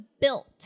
built